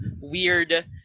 weird